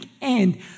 end